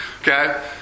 Okay